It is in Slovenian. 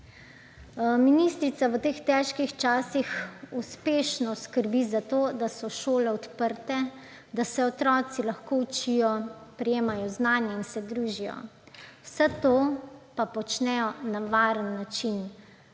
Ministrica v teh težkih časih uspešno skrbi za to, da so šole odprte, da se otroci lahko učijo, prejemajo znanje in se družijo. Vse to pa počnejo na varen način,